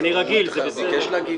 אני רגיל, זה בסדר.